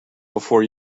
before